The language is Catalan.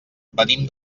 venim